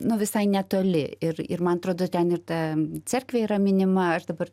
nu visai netoli ir ir man atrodo ten ir ta cerkvė yra minima aš dabar